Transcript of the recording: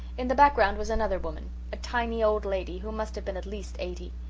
in the background was another woman a tiny old lady who must have been at least eighty.